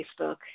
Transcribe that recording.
Facebook